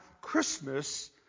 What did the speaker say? Christmas